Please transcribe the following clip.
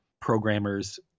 programmers